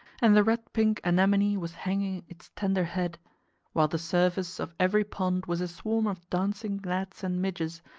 and the red-pink anemone was hanging its tender head while the surface of every pond was a swarm of dancing gnats and midges,